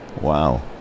Wow